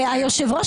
היושב-ראש,